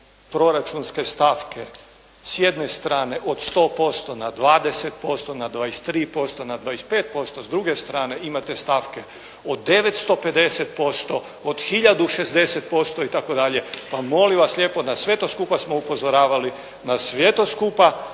proračunske stavke. S jedne strane od 100% na 20%, na 23%, na 25%. S druge strane imate stavke od 950%, od tisuću 60% itd., pa molim vas lijepo na sve to skupa smo upozoravali, na sve to skupa